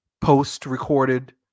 post-recorded